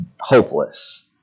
hopeless